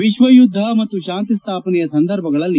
ವಿಶ್ವಯುದ್ದ ಮತ್ತು ಶಾಂತಿ ಸ್ಥಾಪನೆಯ ಸಂದರ್ಭಗಳಲ್ಲಿ